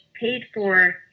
paid-for